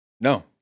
No